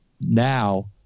now